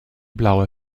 blaue